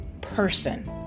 person